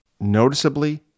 noticeably